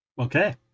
okay